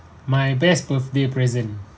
my best birthday present